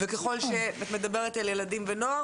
וככול שאת מדברת על ילדים ונוער,